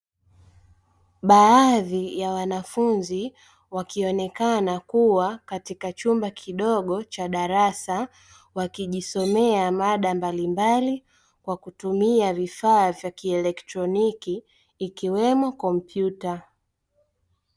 Baadhi ya wanafunzi wakionekana kuwa katika chumba kidogo cha darasa, wakijisomea mada mbalimbali kwa kitumia vifaa vya kielekroniki, ikiwemo kompyuta.